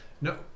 No